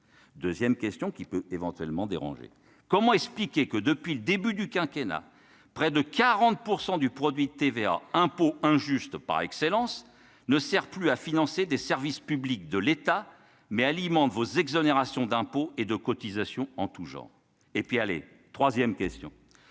2ème question qui peut éventuellement dérangé, comment expliquer que depuis le début du quinquennat près de 40 pour 100 du produit, TVA impôt injuste par excellence, ne sert plus à financer des services publics de l'État mais alimente vos exonération d'impôts et de cotisations en tout genre et puis aller 3ème question